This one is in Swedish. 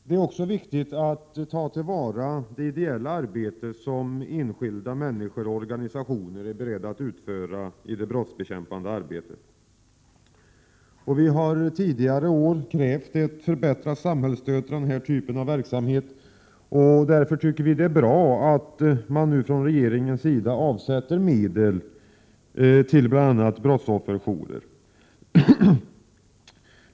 Det är också viktigt att ta till vara de ideella insatser som enskilda människor och organisationer är beredda att göra i det brottsbekämpande arbetet. Vi har tidigare år krävt ett förbättrat samhällsstöd till denna typ av verksamhet. Därför tycker vi att det är bra att man nu från regeringens sida avsätter medel till bl.a. brottsofferjourer.